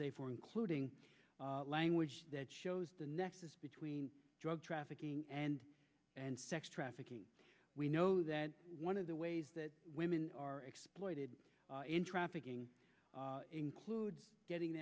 say for including language that shows the nexus between drug trafficking and and sex trafficking we know that one of the ways that women are exploited in trafficking includes getting